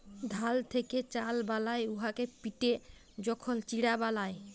ধাল থ্যাকে চাল বালায় উয়াকে পিটে যখল চিড়া বালায়